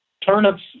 Turnips